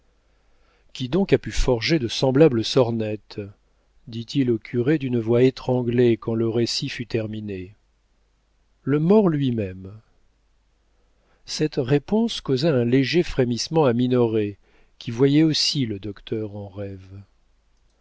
qui donc a pu forger de semblables sornettes dit-il au curé d'une voix étranglée quand le récit fut terminé le mort lui-même cette réponse causa un léger frémissement à minoret qui voyait aussi le docteur en rêve